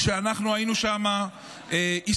כשאנחנו היינו שם הסתכלנו,